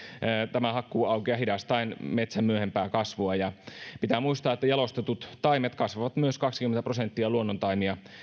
tämän hakkuuaukean hidastaen metsän myöhempää kasvua pitää muistaa että jalostetut taimet kasvavat myös kaksikymmentä prosenttia luonnontaimia